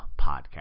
podcast